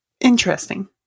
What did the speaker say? Interesting